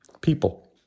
people